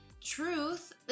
Truth